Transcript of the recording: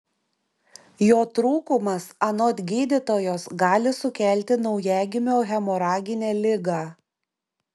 jo trūkumas anot gydytojos gali sukelti naujagimio hemoraginę ligą